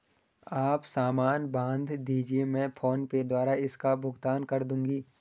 आप सामान बांध दीजिये, मैं फोन पे द्वारा इसका भुगतान कर दूंगी